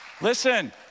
Listen